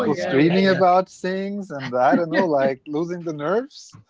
screaming about things and like losing the nerves?